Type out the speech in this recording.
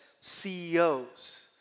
CEOs